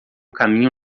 caminho